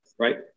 Right